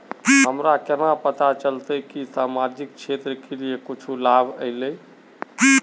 हमरा केना पता चलते की सामाजिक क्षेत्र के लिए कुछ लाभ आयले?